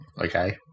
Okay